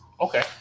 Okay